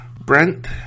Brent